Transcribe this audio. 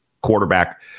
quarterback